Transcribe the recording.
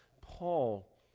paul